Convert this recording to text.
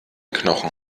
knochen